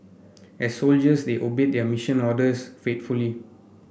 as soldiers they obeyed their mission orders faithfully